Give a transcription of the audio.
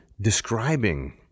describing